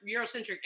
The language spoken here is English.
Eurocentric